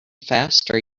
faster